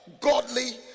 Godly